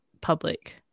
public